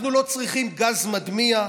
אנחנו לא צריכים גז מדמיע,